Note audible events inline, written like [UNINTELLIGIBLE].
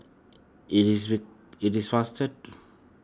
it is [UNINTELLIGIBLE] it is faster